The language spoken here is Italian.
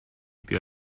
più